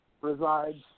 resides